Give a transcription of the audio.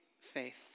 faith